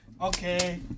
Okay